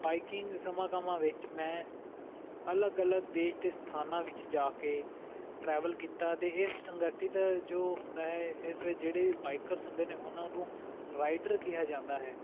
biking ਸਮਾਗਮਾਂ ਵਿੱਚ ਮੈਂ ਅਲੱਗ ਅਲੱਗ ਦੇਸ਼ ਦੇ ਸਥਾਨਾਂ ਵਿੱਚ ਜਾ ਕੇ ਟਰੈਵਲ ਕੀਤਾ ਅਤੇ ਇਸ ਸੰਗਠਿਤ ਜੋ ਹੁੰਦਾ ਹੈ ਇਸ ਵਿੱਚ ਜਿਹੜੇ ਵੀ ਬਾਈਕਰਸ ਹੁੰਦੇ ਨੇ ਉਹਨਾਂ ਨੂੰ ਰਾਈਡਰ ਕਿਹਾ ਜਾਂਦਾ ਹੈ